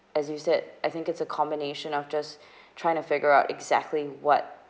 as you said I think it's a combination of just trying to figure out exactly what